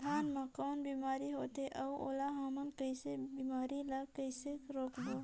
धान मा कौन बीमारी होथे अउ ओला हमन कइसे बीमारी ला कइसे रोकबो?